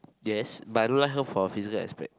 yes but I don't like her for her physical aspect